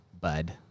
bud